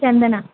చందన